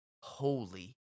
holy